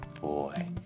boy